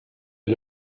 est